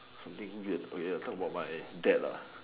something weird about my dad